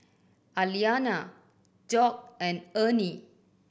Aliana Dock and Ernie